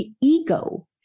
ego